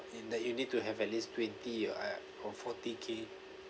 in that you need to have at least twenty or ak~ or forty K